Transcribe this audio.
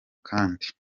kandi